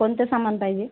कोणते सामान पाहिजे